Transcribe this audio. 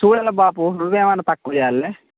చూడండి బాపు నువ్వే ఏమన్నా తక్కువ చెయ్యాల్నే